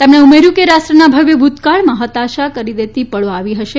તેમણે ઉમેર્યું હતું કે રાષ્ટ્રના ભવ્ય ભૂતકાળમાં હતાશ કરી દેતી પળો આવી હશે